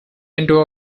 into